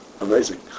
amazing